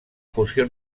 fusió